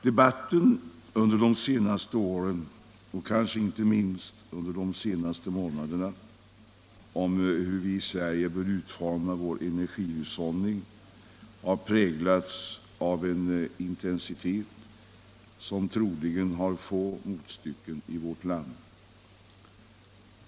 Debatten under de senaste åren och kanske inte minst under de senaste månaderna om hur vi i Sverige bör utforma vår energihushållning har präglats av en intensitet som troligen har få motstycken i vårt land.